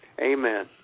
Amen